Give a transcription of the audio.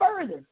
further